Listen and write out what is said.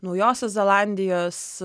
naujosios zelandijos